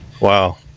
wow